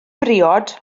briod